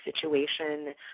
situation